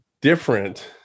different